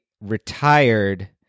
retired